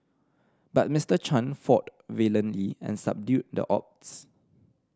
but Mister Chan fought valiantly and subdued the odds